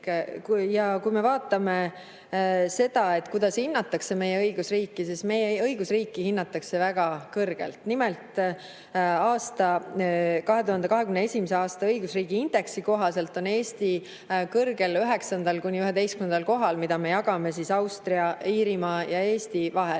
Kui me vaatame seda, kuidas hinnatakse meie õigusriiki, siis meie õigusriiki hinnatakse väga kõrgelt. Nimelt, 2021. aasta õigusriigiindeksi kohaselt on Eesti kõrgel, 9.–11. kohal, mida me jagame Austria ja Iirimaaga. Nii et